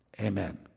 amen